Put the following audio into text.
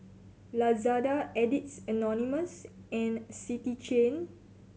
Lazada Addicts Anonymous and City Chain